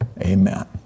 amen